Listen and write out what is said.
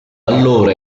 allora